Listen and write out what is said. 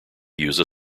use